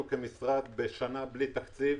אנחנו כמשרד, בשנה בלי תקציב,